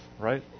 right